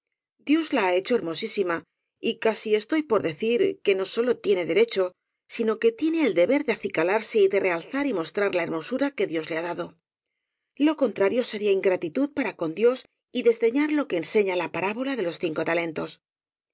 dios la ha hecho hermosísima y casi estoy por decir que no sólo tiene derecho sino que tiene el deber de acicalarse y de realzar y mostrar la hermosura que dios le ha dado lo contrario sería ingratitud para con dios y desdeñar lo que enseña la parábola de los cinco talentos